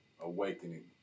awakening